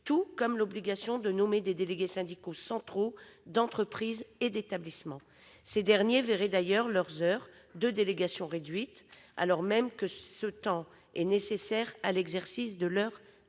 tout comme l'obligation de nommer des délégués syndicaux centraux d'entreprise et d'établissement. Ces derniers verraient d'ailleurs leurs heures de délégation réduites, alors même que ce temps est nécessaire à l'exercice de leurs attributions.